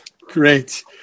Great